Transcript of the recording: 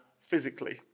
physically